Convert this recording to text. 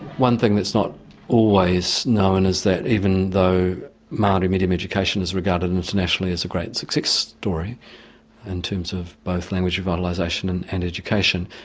one thing that's not always known is that even though maori medium education is regarded internationally as a great success story in terms of both language revitalisation and and education,